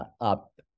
up